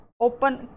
open